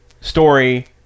story